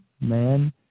man